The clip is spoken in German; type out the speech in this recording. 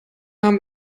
nahm